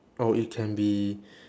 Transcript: or it can be